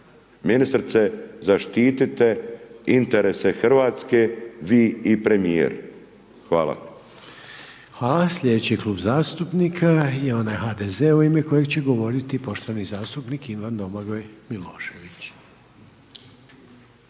ministrice zaštitite interese Hrvatske, vi i premijer. Hvala. **Reiner, Željko (HDZ)** Hvala, sljedeći Klub zastupnika je onaj HDZ-a u ime kojeg će govoriti poštovani zastupnik Ivan Domagoj Milošević.